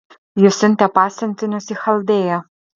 ji siuntė pasiuntinius į chaldėją